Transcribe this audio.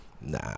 Nah